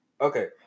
Okay